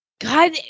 God